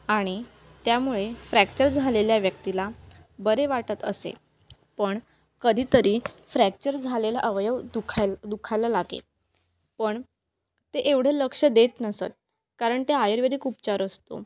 आणि त्यामुळे फ्रॅक्चर झालेल्या व्यक्तीला बरे वाटत असे पण कधीतरी फ्रॅक्चर झालेला अवयव दुखाय दुखायला लागे पण ते एवढे लक्ष देत नसत कारण ते आयुर्वेदिक उपचार असतो